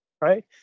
right